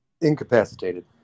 Incapacitated